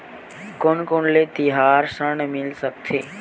कोन कोन ले तिहार ऋण मिल सकथे?